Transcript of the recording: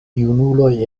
junuloj